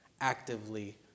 actively